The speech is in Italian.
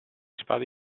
spade